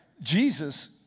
Jesus